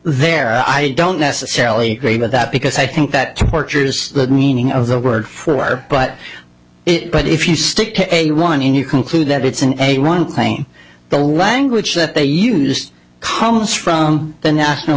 there i don't necessarily agree with that because i think that torture is the meaning of the word for but it but if you stick to a one in you conclude that it's an a one thing the language that they used comes from the national